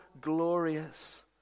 glorious